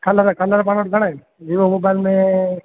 colour colour पाण वटि घणा आहिनि विवो मोबाइल में